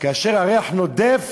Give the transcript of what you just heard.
כי כאשר הריח נודף,